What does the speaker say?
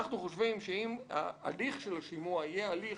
אנחנו חושבים שאם ההליך של השימוע יהיה הליך